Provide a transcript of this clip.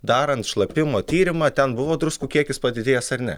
darant šlapimo tyrimą ten buvo druskų kiekis padidėjęs ar ne